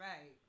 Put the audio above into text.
right